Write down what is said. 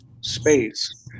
space